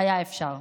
היה אפשר.